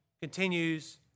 continues